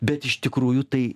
bet iš tikrųjų tai